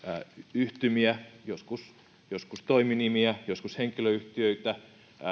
yhtymiä joskus joskus toiminimiä joskus henkilöyhtiöitä